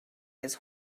his